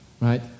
right